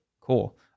cool